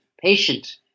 patient